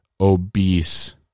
obese